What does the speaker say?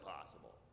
possible